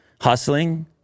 hustling